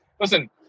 listen